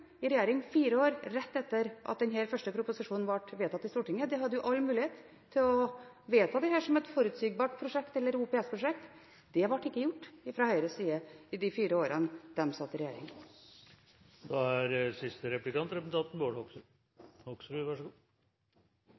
i regjering i fire år – rett etter at den første proposisjonen ble vedtatt i Stortinget. De hadde all mulighet til å vedta dette som et forutsigbart prosjekt – eller et OPS-prosjekt. Det ble ikke gjort fra Høyres side i løpet av de fire årene de satt i regjering. Dette er